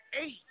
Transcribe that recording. eight